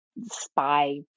spy